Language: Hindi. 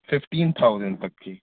फ़िफ़्टीन थाउज़ेंड तक की